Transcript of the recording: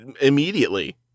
immediately